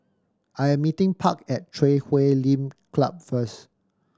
I am meeting Park at Chui Huay Lim Club first